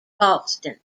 boston